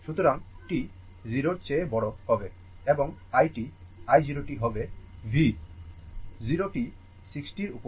সুতরাং t 0 এর চেয়ে বড় হবে এবং i t i 0 t হবে V 0 t 60 র উপর